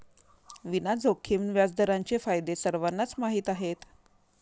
विना जोखीम व्याजदरांचे फायदे सर्वांनाच माहीत आहेत